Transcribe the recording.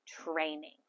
training